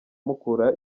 mukura